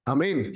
Amen